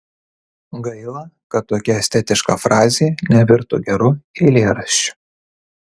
gaila kad tokia estetiška frazė nevirto geru eilėraščiu